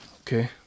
okay